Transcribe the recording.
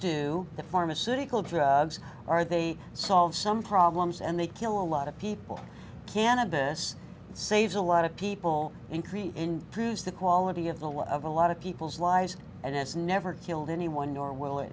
do the pharmaceutical drugs are they solve some problems and they kill a lot of people cannabis saves a lot of people increase in bruce the quality of the life of a lot of people's lives and it's never killed anyone nor will it